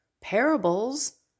parables